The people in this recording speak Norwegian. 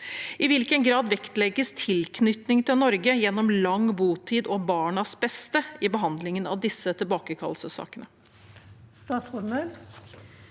I hvilken grad vektlegges tilknytning til Norge gjennom lang botid og barnas beste i behandlingen av disse tilbakekallsakene?»